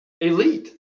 elite